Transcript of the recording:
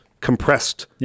compressed